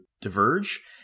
diverge